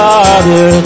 Father